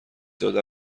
داده